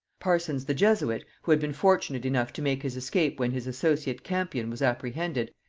parsons the jesuit, who had been fortunate enough to make his escape when his associate campion was apprehended,